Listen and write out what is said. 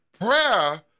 Prayer